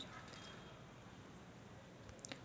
म्हशीसाठी कोनचे खाद्य चांगलं रायते?